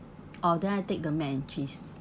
oh then I take the mac and cheese